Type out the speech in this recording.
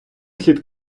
слід